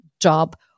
Job